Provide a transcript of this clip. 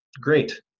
great